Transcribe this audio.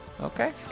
Okay